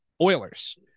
Oilers